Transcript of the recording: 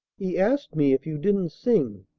he asked me if you didn't sing,